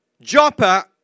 Joppa